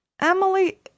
Emily